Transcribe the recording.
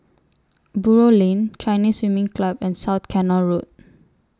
Buroh Lane Chinese Swimming Club and South Canal Road